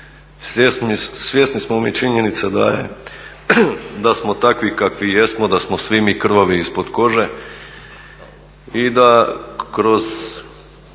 Svjesni smo mi činjenice da smo takvi kakvi jesmo, da smo svi mi krvavi ispod kože i da kroz